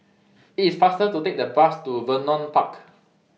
IT IS faster to Take The Bus to Vernon Park